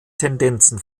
tendenzen